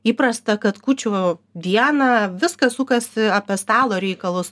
įprasta kad kūčių dieną viskas sukasi apie stalo reikalus